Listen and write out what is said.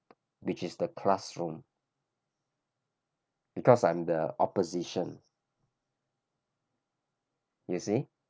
which is the classroom because I'm the opposition you see